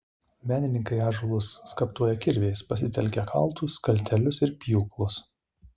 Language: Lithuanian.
menininkai ąžuolus skaptuoja kirviais pasitelkia kaltus kaltelius ir pjūklus